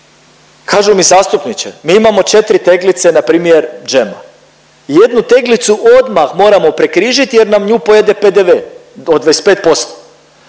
kažu mu, zastupniče, mi imamo 4 teglice, npr. džema, jednu teglicu odmah moramo prekrižiti jer nam nju pojede PDV od 25%,